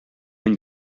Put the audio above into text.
une